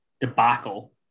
debacle